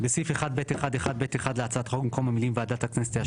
הצבעה בעד 4 נגד 7 נמנעים אין לא אושר.